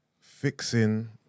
fixing